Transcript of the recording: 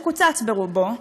שרובו קוצץ,